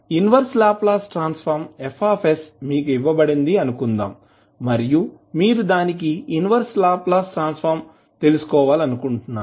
inverse Laplace transform F మీకు ఇవ్వబడింది అనుకుందాం మరియు మీరు దాని ఇన్వర్స్ లాప్లాస్ ట్రాన్స్ ఫార్మ్ ను తెలుసుకోవాలనుకుంటున్నారు